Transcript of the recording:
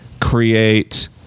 create